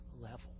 level